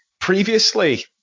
previously